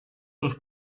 sus